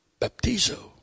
baptizo